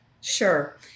Sure